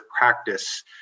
practice